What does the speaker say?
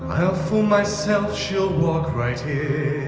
helpful myself she'll walk right in